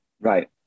Right